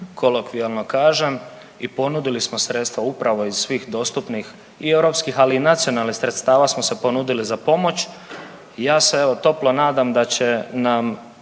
kolokvijalno kažem i ponudili smo sredstva upravo iz svih dostupnih europskih, ali i nacionalnih sredstava smo se ponudili za pomoć. Ja se evo toplo nadam da će nam